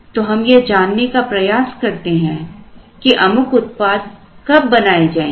तो हम यह जानने का प्रयास करते हैं कि अमुक उत्पाद कब बनाए जाएंगे